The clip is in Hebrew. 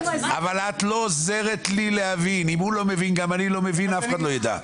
אם הוא לא מבין גם אני לא מבין ואף אחד לא יידע.